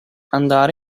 andare